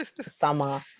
summer